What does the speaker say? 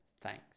thanks